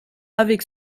avec